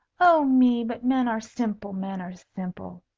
oh, me, but men are simple, men are simple!